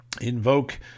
invoke